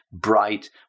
bright